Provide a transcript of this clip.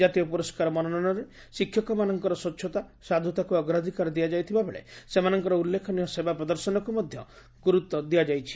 ଜାତୀୟ ପୁରସ୍କାର ମନୋନୟନରେ ଶିକ୍ଷକମାନଙ୍କର ସ୍ୱଚ୍ଛତା ସାଧୁତାକୁ ଅଗ୍ରାଧିକାର ଦିଆଯାଇଥିବା ବେଳେ ସେମାନଙ୍କର ଉଲ୍ଲେଖନୀୟ ସେବା ପ୍ରଦର୍ଶନକୁ ମଧ୍ୟ ଗୁରୁତ୍ୱ ଦିଆଯାଇଛି